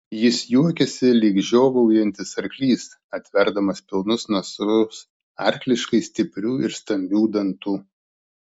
jis juokėsi lyg žiovaujantis arklys atverdamas pilnus nasrus arkliškai stiprių ir stambių dantų